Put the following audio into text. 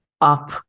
up